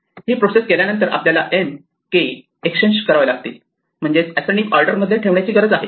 ही process केल्यानंतर आपल्याला M आणि K एक्सचेंज करावे लागतील म्हणजेच असेंडिंग ऑर्डर मध्ये ठेवण्याची गरज आहे